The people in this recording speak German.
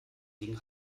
gegen